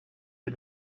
des